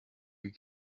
you